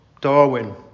Darwin